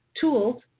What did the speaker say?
tools